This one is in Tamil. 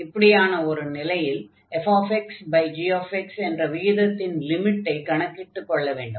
இப்படியான ஒரு நிலையில் fxgx என்ற விகிதத்தின் லிமிட்டை கணக்கிட்டுக் கொள்ள வேண்டும்